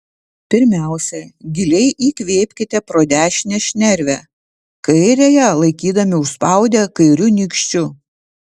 pirmiausia giliai įkvėpkite pro dešinę šnervę kairiąją laikydami užspaudę kairiu nykščiu